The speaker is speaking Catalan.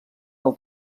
del